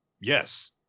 yes